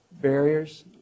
barriers